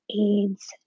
AIDS